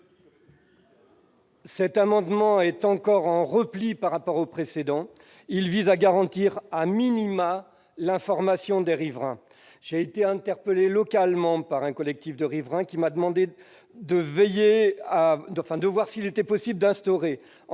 Cet amendement de repli est plus minimaliste encore que le précédent. Il vise à garantir l'information des riverains. J'ai été interpellé localement par un collectif de riverains qui m'a demandé de voir s'il était possible d'instaurer,